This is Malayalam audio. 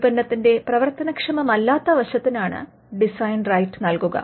ഉൽപ്പന്നത്തിന്റെ പ്രവർത്തനക്ഷമമല്ലാത്ത വശത്തിനാണ് ഡിസൈൻ റൈറ്റ് നൽകുക